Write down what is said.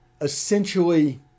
essentially